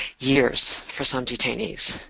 years for some detainees.